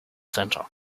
center